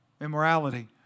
immorality